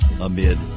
amid